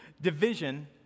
Division